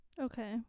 Okay